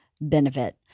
benefit